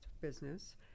business